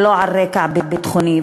ולא על רקע ביטחוני,